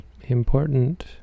important